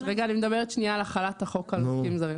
אני מדברת על החלת החוק על גופים זרים.